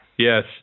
Yes